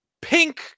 pink